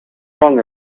wrong